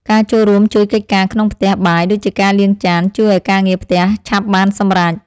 ការចូលរួមជួយកិច្ចការក្នុងផ្ទះបាយដូចជាការលាងចានជួយឱ្យការងារផ្ទះឆាប់បានសម្រេច។